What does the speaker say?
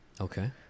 Okay